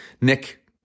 Nick